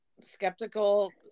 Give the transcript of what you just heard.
skeptical